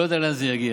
לא יודע לאן זה יגיע.